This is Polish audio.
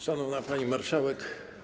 Szanowna Pani Marszałek!